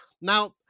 now